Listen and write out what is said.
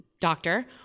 doctor